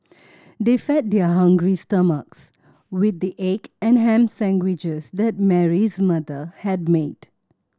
they fed their hungry stomachs with the egg and ham sandwiches that Mary's mother had made